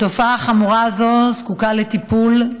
התופעה החמורה הזאת זקוקה לטיפול,